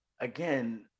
again